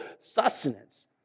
sustenance